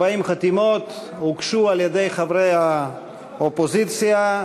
40 חתימות הוגשו על-ידי חברי האופוזיציה,